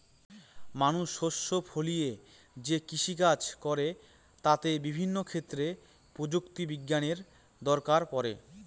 মানুষ শস্য ফলিয়ে যে কৃষিকাজ করে তাতে বিভিন্ন ক্ষেত্রে প্রযুক্তি বিজ্ঞানের দরকার পড়ে